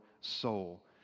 soul